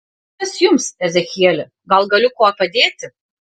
kas jums ezechieli gal galiu kuo padėti